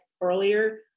earlier